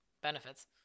benefits